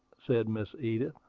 said miss edith.